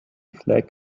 flag